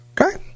Okay